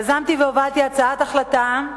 יזמתי והובלתי הצעת החלטה,